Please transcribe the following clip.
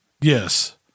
Yes